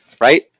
right